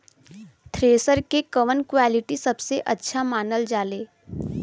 Thresher के कवन quality सबसे अच्छा मानल जाले?